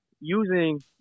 using –